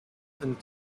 and